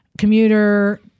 commuter